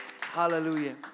Hallelujah